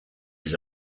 his